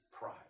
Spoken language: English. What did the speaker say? pride